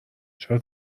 چرا